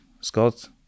Scott